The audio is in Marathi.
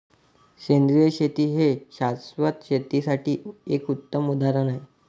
सेंद्रिय शेती हे शाश्वत शेतीसाठी एक उत्तम उदाहरण आहे